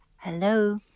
Hello